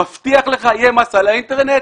מבטיח לי שיהיה מס על האינטרנט,